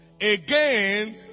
again